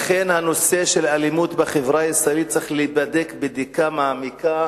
לכן הנושא של האלימות בחברה הישראלית צריך להיבדק בדיקה מעמיקה,